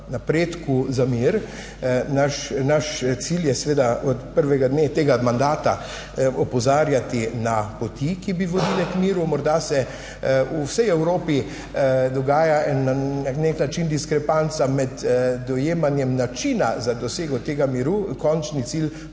napredku za mir. Naš, naš cilj je seveda od prvega dne tega mandata opozarjati na poti, ki bi vodile k miru. Morda se v vsej Evropi dogaja na nek način diskrepanca med dojemanjem načina za dosego tega miru. Končni cilj